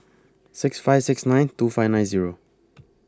six five six nine two five nine Zero